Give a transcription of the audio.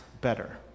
better